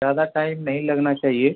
ज्यादा टाइम नहीं लगना चाहिए